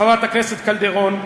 חברת הכנסת קלדרון,